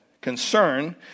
concern